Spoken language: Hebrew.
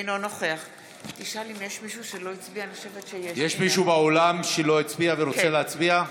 אינו נוכח יש מישהו באולם שלא הצביע ורוצה להצביע?